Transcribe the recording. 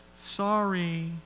Sorry